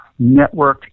networked